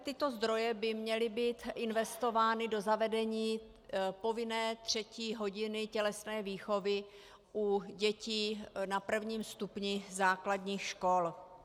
Tyto zdroje by měly být investovány do zavedení povinné třetí hodiny tělesné výchovy u dětí na prvním stupni základních škol.